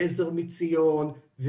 עזר מציון,